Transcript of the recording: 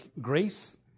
grace